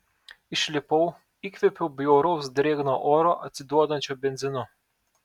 išlipau įkvėpiau bjauraus drėgno oro atsiduodančio benzinu